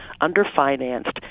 underfinanced